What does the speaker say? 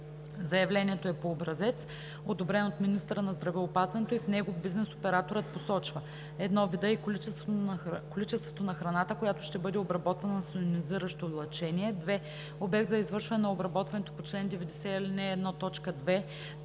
Заявлението е по образец, одобрен от министъра на здравеопазването, и в него бизнес операторът посочва: 1. вида и количеството на храната, която ще бъде обработвана с йонизиращо лъчение; 2. обекта за извършване на обработването по чл. 90, ал. 1,